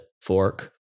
fork